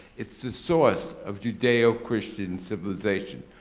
it's the source of judeo-christian civilization.